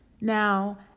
Now